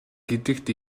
гэдэгт